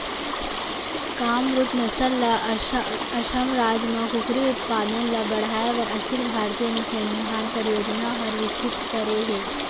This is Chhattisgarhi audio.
कामरूप नसल ल असम राज म कुकरी उत्पादन ल बढ़ाए बर अखिल भारतीय अनुसंधान परियोजना हर विकसित करे हे